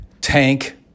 tank